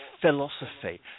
philosophy